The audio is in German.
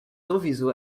sowieso